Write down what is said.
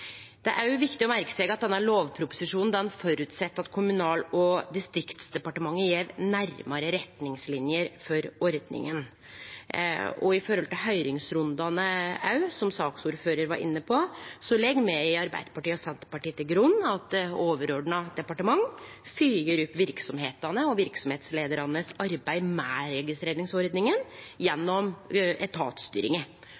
Det er òg viktig å merkje seg at denne lovproposisjonen føreset at Kommunal- og distriktsdepartementet gjev nærare retningslinjer for ordninga. Når det gjeld høyringsrundane òg, som saksordføraren var inne på, legg me i Arbeidarpartiet og Senterpartiet til grunn at overordna departement fylgjer opp verksemdene og verksemdsleiarane sitt arbeid med registreringsordninga